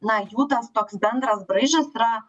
na jų tas toks bendras braižas yra